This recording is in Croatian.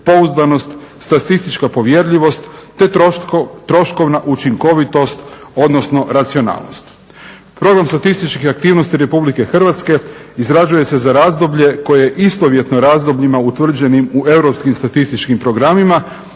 pouzdanost, statistička povjerljivost, te troškovna učinkovitost odnosno racionalnost. Program statističkih aktivnosti RH izrađuje se za razdoblje koje je istovjetno razdobljima utvrđenim u europskim statističkim programima,